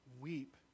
weep